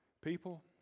People